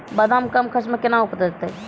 बादाम कम खर्च मे कैना उपजते?